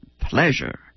pleasure